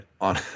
on